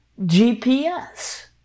GPS